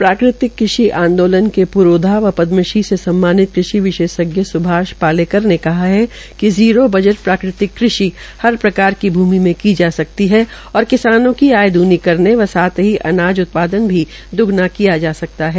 प्राकृतिक कृषि आंदोलन के परोधा व पदमश्री से सम्मानित कृषि विशेषज्ञ स्भाष पालेकर ने कहा है कि ज़ीरो बजट प्राक़तिक क़षि हर प्रकार की भूमि में की सकती है और किसानों की आय दूनी करने व साथ ही अनाज उत्पादन भी द्गना किया जा सकता है